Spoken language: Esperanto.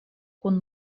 kun